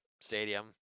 Stadium